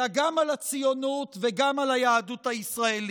אלא גם על הציונות וגם על היהדות הישראלית.